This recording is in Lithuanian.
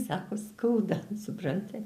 sako skauda supranti